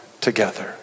together